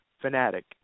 fanatic